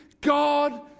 God